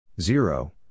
Zero